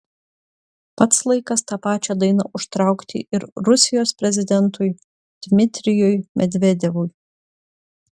pats laikas tą pačią dainą užtraukti ir rusijos prezidentui dmitrijui medvedevui